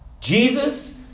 Jesus